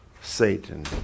Satan